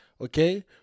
Okay